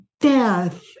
Death